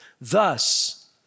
Thus